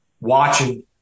watching